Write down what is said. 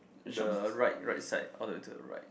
the right right side all the way to the right